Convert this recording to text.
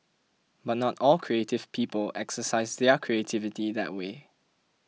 but not all creative people exercise their creativity that way